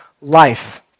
life